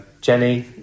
jenny